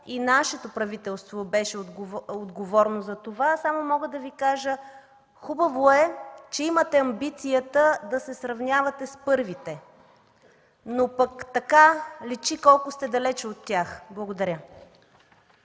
и нашето правителство беше отговорно за това, само мога да Ви кажа: хубаво е, че имате амбицията да се сравнявате с първите, но пък така личи колко сте далече от тях! Благодаря.